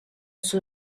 sus